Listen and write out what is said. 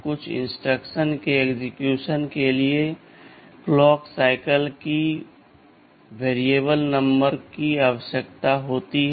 कुछ इंस्ट्रक्शंस के एक्सेक्यूशन के लिए घड़ी चक्रों की परिवर्तनीय संख्या की आवश्यकता होती है